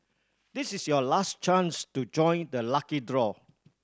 this is your last chance to join the lucky draw